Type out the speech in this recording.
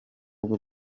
bwo